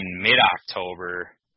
mid-October